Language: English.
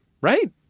Right